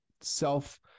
self-